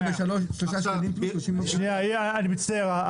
------ אני מצטער,